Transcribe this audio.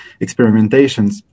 experimentations